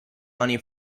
money